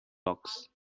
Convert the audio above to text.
box